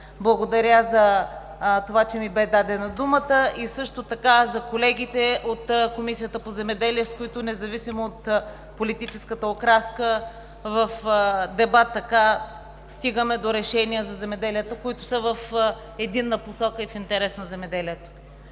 Благодаря за това, че ми бе дадена думата и също така за колегите от Комисията по земеделие, с които, независимо от политическата окраска, в дебат стигаме до решения за земеделието, които са в единна посока и в интерес на земеделието.